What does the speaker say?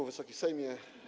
Wysoki Sejmie!